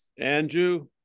Andrew